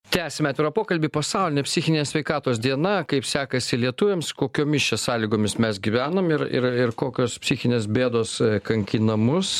tęsiame atvirą pokalbį pasaulinė psichinės sveikatos diena kaip sekasi lietuviams kokiomis čia sąlygomis mes gyvenam ir ir ir kokios psichinės bėdos kankina mus